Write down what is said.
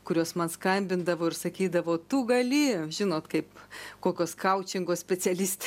kurios man skambindavo ir sakydavo tu gali žinot kaip kokios kaučingo specialistės